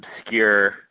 obscure